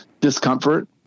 Discomfort